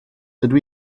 dydw